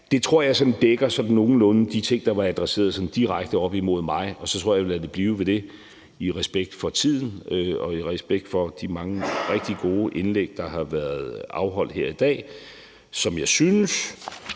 Det tror jeg dækker nogenlunde de ting, der var adresseret sådan direkte til mig. Og jeg tror, at jeg så vil lade det blive ved det i respekt for tiden og i respekt for de mange rigtig gode indlæg, der har været afholdt her i dag, som jeg synes